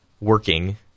working